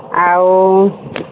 ଆଉ